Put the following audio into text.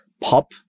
pop